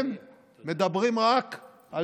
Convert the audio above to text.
נא לסיים.